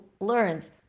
learns